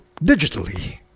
digitally